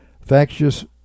factious